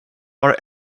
are